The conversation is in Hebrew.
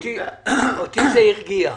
אותי זה הרגיע.